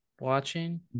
watching